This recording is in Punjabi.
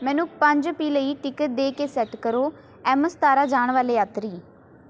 ਮੈਨੂੰ ਪੰਜ ਪੀ ਲਈ ਟਿਕਟ ਦੇ ਕੇ ਸੈੱਟ ਕਰੋ ਐਮ ਸਤਾਰ੍ਹਾਂ ਜਾਣ ਵਾਲੇ ਯਾਤਰੀ